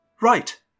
right